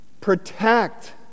protect